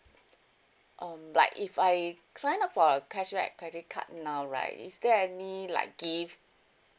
um like if I sign up for a cashback credit card now right is there any like gift